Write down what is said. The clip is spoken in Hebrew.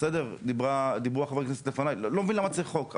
בסדר, לא מבין למה צריך חוק.